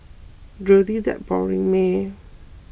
really that boring meh